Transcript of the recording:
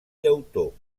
llautó